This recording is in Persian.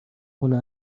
خونه